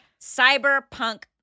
cyberpunk